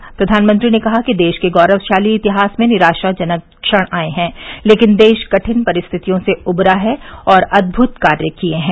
फ्र्वानमंत्री ने कहा कि देश के गौरवशाली इतिहास में निराशजनक क्वण आए हैं लेकिन देश कठिन परिस्थितियों से उबरा है और अदमुत कार्य किये हैं